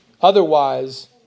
Otherwise